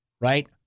Right